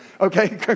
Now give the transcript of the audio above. Okay